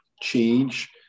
change